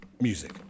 music